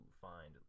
find